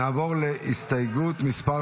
נעבור להסתייגות מס'